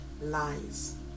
lies